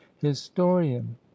historian